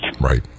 Right